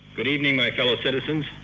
good evening, my fellow citizens.